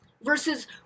versus